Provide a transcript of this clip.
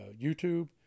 YouTube